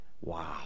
wow